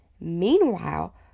meanwhile